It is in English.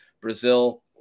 Brazil